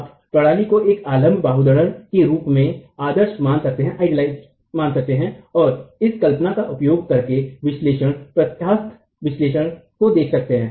आप प्रणाली को एक अवलम्ब बाहुधरण के रूप में आदर्श मान सकते है और इस कल्पना का उपयोग करके विश्लेषण प्रत्यास्थ विश्लेषण को देख सकते हैं